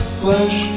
flesh